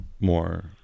more